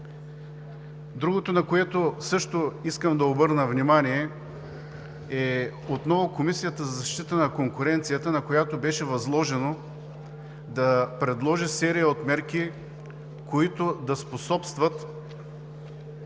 Другото, на което също искам да обърна внимание, е отново Комисията за защита на конкуренцията, на която беше възложено да предложи серия от мерки, които да способстват